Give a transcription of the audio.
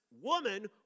woman